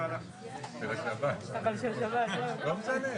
בשונה מהסמכות החדשה שיש למשרד ראש הממשלה.